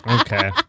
Okay